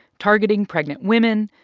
targeting pregnant women,